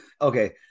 Okay